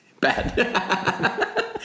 bad